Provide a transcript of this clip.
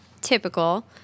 typical